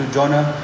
Jonah